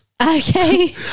Okay